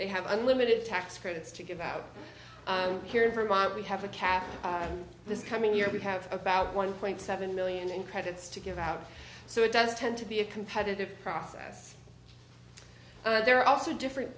they have unlimited tax credits to give out here in vermont we have a cap and this coming year we have about one point seven million in credits to give out so it does tend to be a competitive process there are also different